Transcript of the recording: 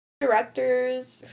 directors